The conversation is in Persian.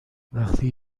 وقتی